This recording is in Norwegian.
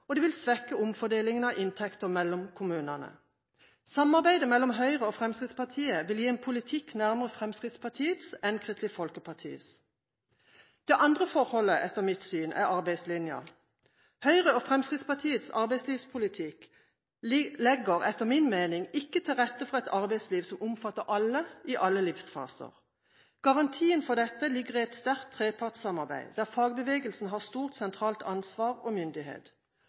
og de vil svekke omfordelingen av inntekter mellom kommunene. Samarbeidet mellom Høyre og Fremskrittspartiet vil gi en politikk som er nærmere Fremskrittspartiet enn Kristelig Folkeparti. Det andre forholdet er etter mitt syn arbeidslinjen. Høyre og Fremskrittspartiets arbeidslivspolitikk legger etter min mening ikke til rette for et arbeidsliv som omfatter alle, i alle livsfaser. Garantien for dette ligger i et sterkt trepartssamarbeid, der fagbevegelsen har stort sentralt ansvar og myndighet.